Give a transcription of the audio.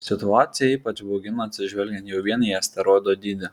situacija ypač baugina atsižvelgiant jau vien į asteroido dydį